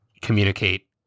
communicate